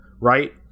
right